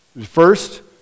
First